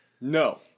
No